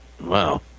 Wow